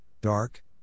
dark